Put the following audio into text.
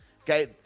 okay